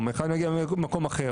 הייתה לי הפסקה של קמפיין באמצע ואז באתי